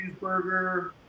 cheeseburger